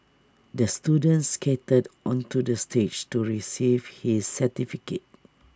the student skated onto the stage to receive his certificate